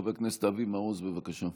חבר הכנסת אבי מעוז, בבקשה.